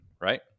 right